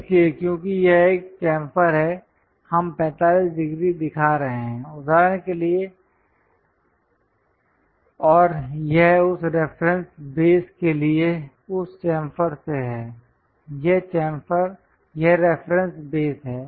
इसलिए क्योंकि यह एक चैंफर् है हम 45 डिग्री दिखा रहे हैं उदाहरण के लिए और यह उस रेफरेंस बेस के लिए उस चैंफर् से है यह रेफरेंस बेस है